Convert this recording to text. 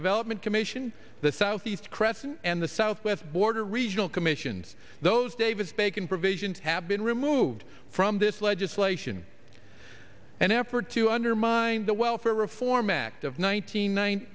development commission the southeast crescent and the southwest border regional commissions those davis bacon provisions have been removed from this legislation an effort to undermine the welfare reform act of